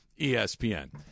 ESPN